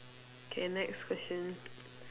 K next question